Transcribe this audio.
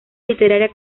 literaria